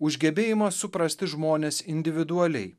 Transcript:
už gebėjimą suprasti žmones individualiai